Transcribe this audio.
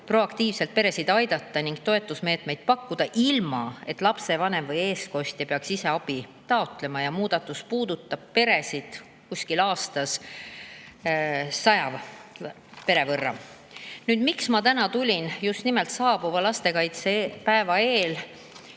proaktiivselt peresid aidata ning toetusmeetmeid pakkuda, ilma et lapsevanem või eestkostja peaks ise abi taotlema. Muudatus puudutab aastas kuskil sadat peret. Miks ma täna tulin just nimelt saabuva lastekaitsepäeva eel